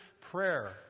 prayer